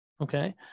okay